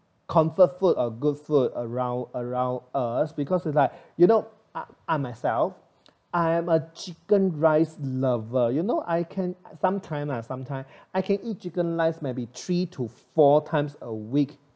comfort food or good food around around us because it's like you know I I myself I am a chicken rice lover you know I can sometime I sometime I can eat chicken rice maybe three to four times a week